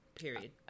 period